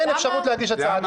אין אפשרות להגיש הצעת חוק.